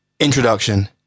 Introduction